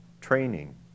training